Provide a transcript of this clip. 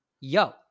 yo